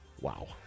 Wow